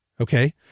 okay